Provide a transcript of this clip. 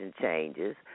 changes